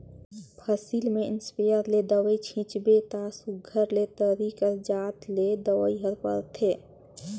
फसिल में इस्पेयर ले दवई छींचबे ता सुग्घर ले तरी कर जात ले दवई हर परथे